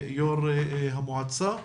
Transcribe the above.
יו"ר המועצה.